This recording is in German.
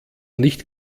nicht